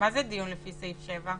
מה זה "דיון לפי סעיף 7"?